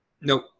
nope